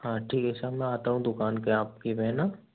हाँ ठीक है सर मैं आता हूँ दुकान पर आपकी है ना